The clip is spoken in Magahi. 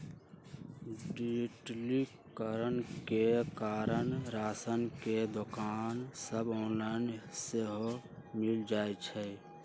डिजिटलीकरण के कारण राशन के दोकान सभ ऑनलाइन सेहो मिल जाइ छइ